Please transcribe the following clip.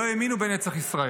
לא האמינו בנצח ישראל.